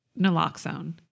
naloxone